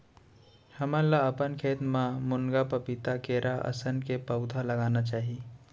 हमन ल अपन खेत म मुनगा, पपीता, केरा असन के पउधा लगाना चाही